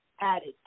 added